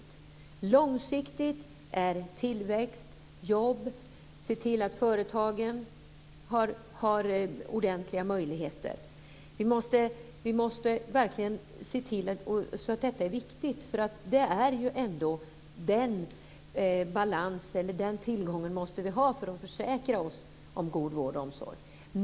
Det långsiktiga gäller tillväxt och jobb och att företagen får ordentliga möjligheter. Vi måste verkligen se att detta är viktigt. Vi måste klara detta för att försäkra oss om god vård och omsorg.